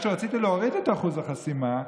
כשרציתי להוריד את אחוז החסימה,